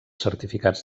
certificats